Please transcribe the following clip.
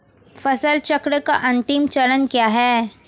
फसल चक्र का अंतिम चरण क्या है?